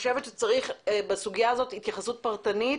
צריך בסוגיה הזאת התייחסות פרטנית